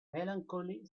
melancholy